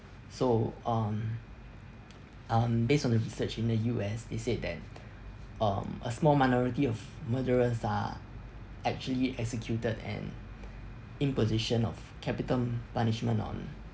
so um um based on the research in the U_S it said that um a small minority of murderers are actually executed and imposition of capital punishment on